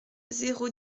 zéro